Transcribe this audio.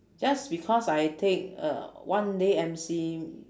just because I take uh one day M_C